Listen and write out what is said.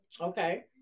Okay